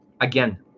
Again